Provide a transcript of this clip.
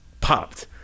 popped